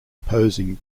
opposing